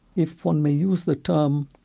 if one may use the term,